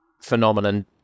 phenomenon